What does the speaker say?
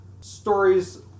stories